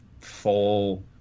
full